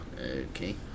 Okay